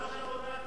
קיבלנו עכשיו הודעה,